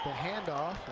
handoff.